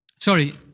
Sorry